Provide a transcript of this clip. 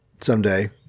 someday